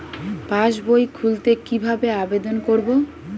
পাসবই খুলতে কি ভাবে আবেদন করব?